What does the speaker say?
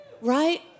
Right